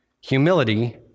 humility